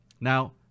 Now